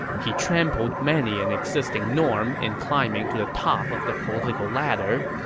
he trampled many an existing norm in climbing to the top of the political ladder.